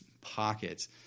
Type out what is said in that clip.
pockets